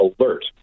alert